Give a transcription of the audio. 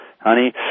honey